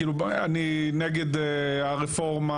אני נגד הרפורמה,